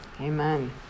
Amen